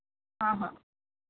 ହଁ ହଁ